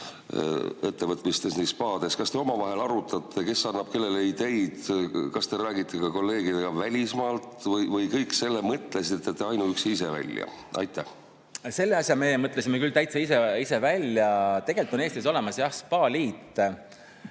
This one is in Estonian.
ettevõtmistes ja spaades – kas te omavahel arutate? Kes annab kellele ideid, kas te räägite ka kolleegidega välismaalt või kõik selle mõtlesite te ainuüksi ise välja? Selle asja meie mõtlesime küll täitsa ise välja. Eestis on olemas jah spaaliit,